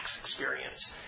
experience